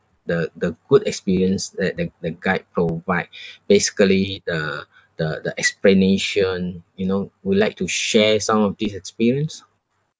the the good experience that the the guide provide basically the the the explanation you know would like to share some of these experience